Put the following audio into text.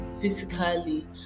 physically